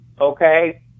okay